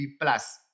Plus